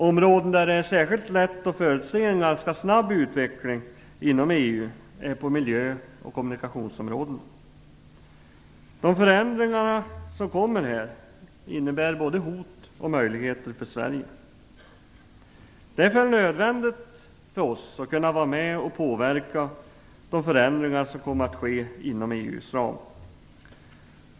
Områden där det är särskilt lätt att förutse en ganska snabb utveckling inom EU är miljö och kommunikationsområdena. De förändringarna kommer att innebära både hot och möjligheter för Sverige. Därför är det nödvändigt för oss att kunna vara med och påverka de förändringar som kommer att ske inom EU:s ram.